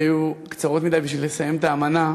היו קצרות מדי בשביל לסיים את האמנה,